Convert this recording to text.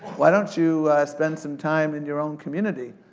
why don't you spend some time in your own community?